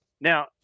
Now